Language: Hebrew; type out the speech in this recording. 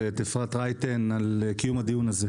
ואת אפרת רייטן על קיום הדיון הזה.